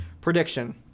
Prediction